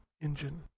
engine